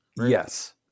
Yes